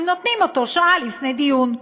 כי נותנים אותו שעה לפני הדיון.